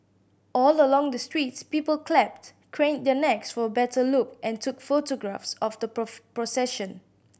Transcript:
all along the streets people clapped craned their necks for a better look and took photographs of the procession